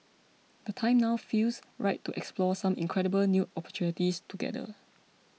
the time now feels right to explore some incredible new opportunities together